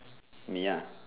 me ah